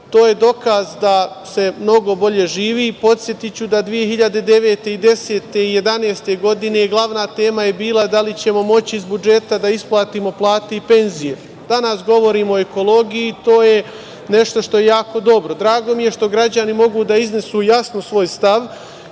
To je dokaz da se mnogo bolje živi i podsetiću da 2009, 2010. i 2011. godine, glavna tema je bila da li ćemo moći iz budžeta da isplatimo plate i penzije. Danas govorimo o ekologiji i to je nešto što je jako dobro. Drago mi je što građani mogu da iznesu jasno svoj stav